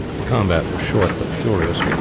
the combat was short but furious,